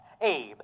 Abe